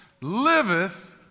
liveth